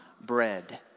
bread